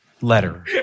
letter